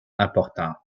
importantes